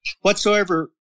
whatsoever